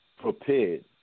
prepared